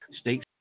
states